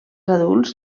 adults